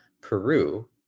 Peru